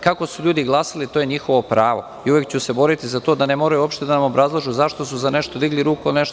Kako su ljudi glasali, to je njihovo pravo i uvek ću se boriti za to da ne moraju uopšte da nam obrazlažu zašto su za nešto digli ruku, a za nešto